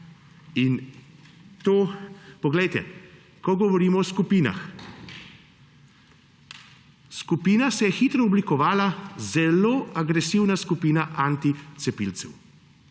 Poglejte, ko govorimo o skupinah. Skupina se je hitro oblikovala, zelo agresivna skupina anticepilcev.